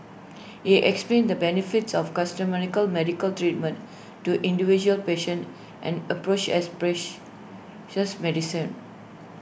he explained the benefits of medical treatment to individual patients an approach as medicine